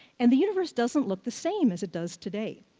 and the universe doesn't look the same as it does today.